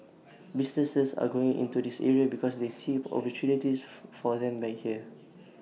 businesses are going into this area because they see opportunities for them here